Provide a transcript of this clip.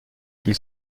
ils